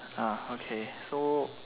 uh okay so